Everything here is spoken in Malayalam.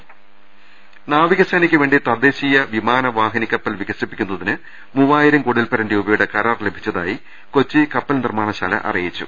രദേശ്ശേ നാവികസേനയ്ക്കുവേണ്ടി ്തദ്ദേശീയ വിമാനവാഹിനിക്കപ്പൽ വികസി പ്പിക്കുന്നതിന് മൂവായിരം കോടിയിൽപ്പരം രൂപയുടെ കരാർ ലഭിച്ചതായി കൊച്ചി കപ്പൽ നിർമ്മാണശാല അറിയിച്ചു